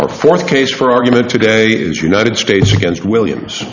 our fourth case for argument today is united states against williams